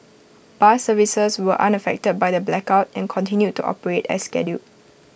bus services were unaffected by the blackout and continued to operate as scheduled